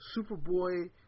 Superboy